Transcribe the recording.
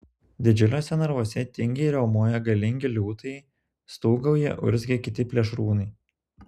didžiuliuose narvuose tingiai riaumoja galingi liūtai stūgauja urzgia kiti plėšrūnai